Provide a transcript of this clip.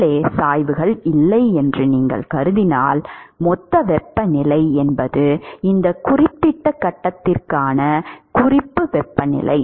உள்ளே சாய்வுகள் இல்லை என்று நீங்கள் கருதினால் மொத்த வெப்பநிலை என்பது இந்த குறிப்பிட்ட கட்டத்திற்கான குறிப்பு வெப்பநிலை